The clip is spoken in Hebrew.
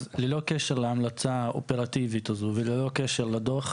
ללא קשר להמלצה האופרטיבית הזו וללא קשר לדוח,